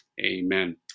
Amen